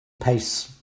pace